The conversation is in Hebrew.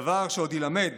דבר שעוד יילמד